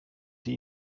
sie